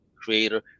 creator